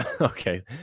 Okay